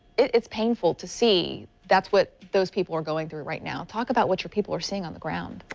it's painful to see that's what those people are going through right now. talk about what your people are seeing on the ground.